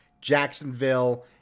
Jacksonville